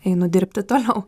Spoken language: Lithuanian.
einu dirbti toliau